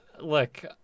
look